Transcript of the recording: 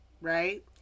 right